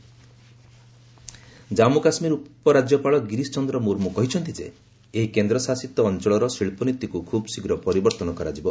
JK economy Jammu Kashmir ଉପରାଜ୍ୟପାଳ ଗିରିଶ ଚନ୍ଦ୍ର ମୁର୍ମୁ କହିଛନ୍ତି ଯେ ଏହି କେନ୍ଦ୍ରଶାସିତ ଅଞ୍ଚଳର ଶିଳ୍ପନୀତିକୁ ଖୁବ୍ଶୀଘ୍ର ପରିବର୍ତ୍ତନ କରାଯିବ